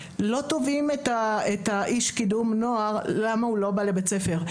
לא תובעים את האיש קידום נוער למה הוא לא בא לבית ספר.